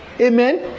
Amen